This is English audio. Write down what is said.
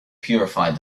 purified